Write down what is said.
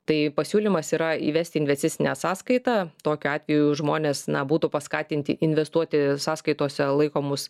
tai pasiūlymas yra įvesti investicinę sąskaitą tokiu atveju žmonės na būtų paskatinti investuoti sąskaitose laikomus